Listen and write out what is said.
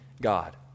God